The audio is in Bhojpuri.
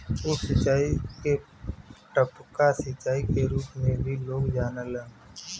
उप सिंचाई के टपका सिंचाई क रूप में भी लोग जानलन